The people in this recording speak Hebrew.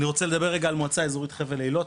אני רוצה לדבר על המועצה האזורית חבל איילות,